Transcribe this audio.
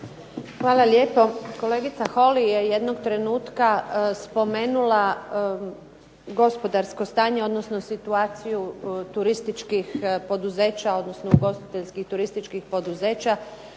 Hvala lijepo. Kolegica Holy je jednog trenutka spomenula gospodarsko stanje, odnosno situaciju turističkih poduzeća, odnosno ugostiteljskih turističkih poduzeća